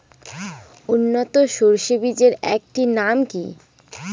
উন্নত সরষে বীজের একটি নাম কি?